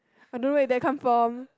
I don't know where that come from